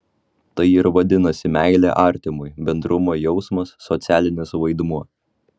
tai ir vadinasi meilė artimui bendrumo jausmas socialinis vaidmuo